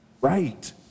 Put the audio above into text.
Right